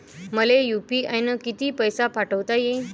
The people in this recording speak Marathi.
मले यू.पी.आय न किती पैसा पाठवता येईन?